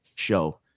Show